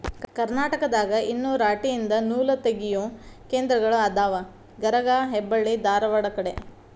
ಕರ್ನಾಟಕದಾಗ ಇನ್ನು ರಾಟಿ ಯಿಂದ ನೂಲತಗಿಯು ಕೇಂದ್ರಗಳ ಅದಾವ ಗರಗಾ ಹೆಬ್ಬಳ್ಳಿ ಧಾರವಾಡ ಕಡೆ